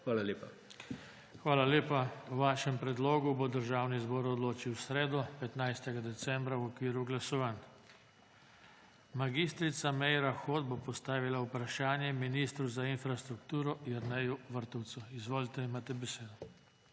JOŽE TANKO: Hvala lepa. O vašem predlogu bo Državni zbor odločil v sredo, 15. decembra, v okviru glasovanj. Mag. Meira Hot bo postavila vprašanje ministru za infrastrukturo Jerneju Vrtovcu. Izvolite, imate besedo.